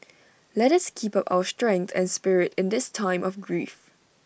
let us keep up our strength and spirit in this time of grief